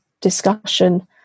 discussion